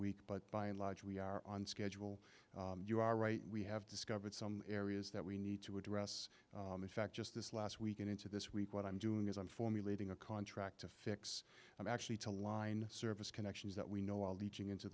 week but by and large we are on schedule you are right we have discovered some areas that we need to address in fact just this last week and into this week what i'm doing is i'm formulating a contract to fix them actually to line service connections that we know all the